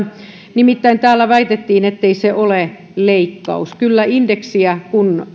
nimittäin täällä väitettiin ettei se ole leikkaus kun indeksiä